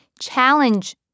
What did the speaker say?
challenge